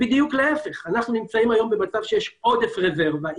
אנחנו נמצאים היום במצב שיש עודף, שיש רזרבה.